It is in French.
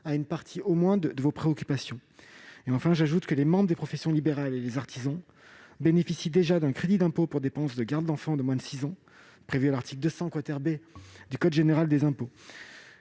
à une partie au moins de vos préoccupations. Enfin, j'ajoute que les membres des professions libérales et les artisans bénéficient déjà d'un crédit d'impôt pour dépenses de garde d'enfants de moins de 6 ans, prévu à l'article 200 B du code général des impôts.